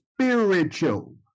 spiritual